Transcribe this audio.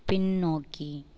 பின்னோக்கி